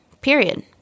Period